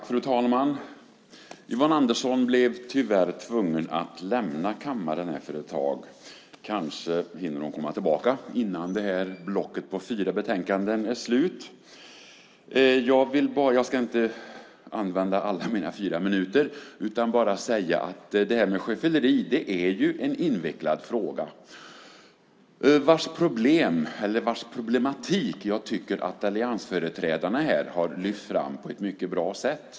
Fru talman! Yvonne Andersson blev tyvärr tvungen att lämna kammaren för ett tag. Kanske hinner hon komma tillbaka innan debatten om detta block med fyra betänkanden är slut. Jag ska inte använda alla fyra minuter av talartiden. Jag vill bara säga att det är en invecklad fråga med sjöfylleri vars problematik alliansföreträdarena här har lyft fram på ett mycket bra sätt.